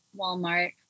Walmart